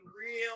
real